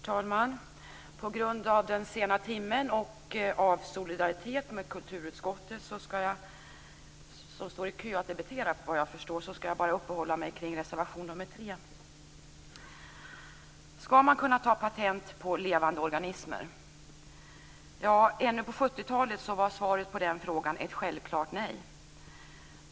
Herr talman! På grund av den sena timmen och av solidaritet med kulturutskottet, som såvitt jag förstår står i kö för att debattera, skall jag bara uppehålla mig kring reservation nr 3. Skall man kunna ta patent på levande organismer? Ännu på 70-talet var svaret på den frågan ett självklart nej.